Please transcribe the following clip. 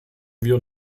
wir